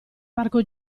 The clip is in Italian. parco